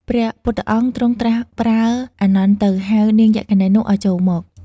ព្រះពុទ្ធអង្គ ទ្រង់ត្រាស់ប្រើអានន្ទទៅ ហៅនាងយក្ខិនីនោះឲ្យចូលមក។